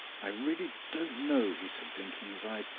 i really don't know, he said, blinking his eyes,